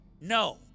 No